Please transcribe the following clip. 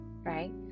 Right